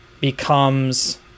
becomes